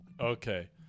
Okay